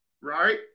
right